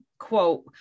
quote